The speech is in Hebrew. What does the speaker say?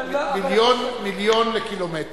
1 מיליון לקילומטר.